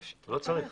הוא לא צריך.